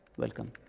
welcome.